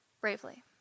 bravely